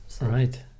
Right